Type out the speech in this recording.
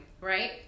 right